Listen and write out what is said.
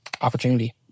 opportunity